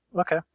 Okay